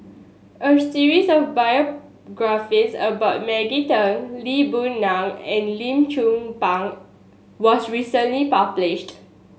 a series of biographies about Maggie Teng Lee Boon Ngan and Lim Chong Pang was recently published